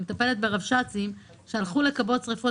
אני מטפלת ברבש"צים שהלכו לכבות שריפות